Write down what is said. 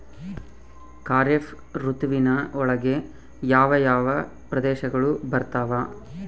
ಖಾರೇಫ್ ಋತುವಿನ ಒಳಗೆ ಯಾವ ಯಾವ ಪ್ರದೇಶಗಳು ಬರ್ತಾವ?